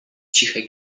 ciche